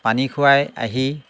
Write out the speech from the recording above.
পানী খুৱাই আহি